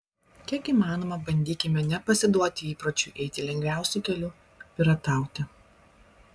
kiek įmanoma bandykime nepasiduoti įpročiui eiti lengviausiu keliu piratauti